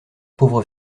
pauvre